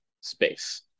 space